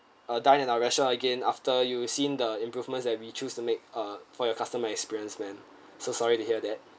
uh dine in our restaurant again after you've seen the improvements and we choose to make uh for your customer experience ma'am so sorry to hear that